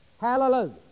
Hallelujah